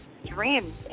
Dreams